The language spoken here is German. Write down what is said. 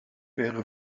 wäre